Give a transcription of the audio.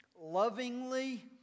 lovingly